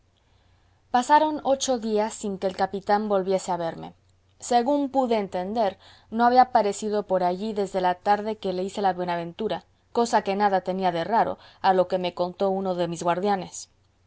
pasaron ocho días sin que el capitán volviese a verme según pude entender no había parecido por allí desde la tarde que le hice la buenaventura cosa que nada tenía de raro a lo que me contó uno de mis guardianes